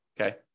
okay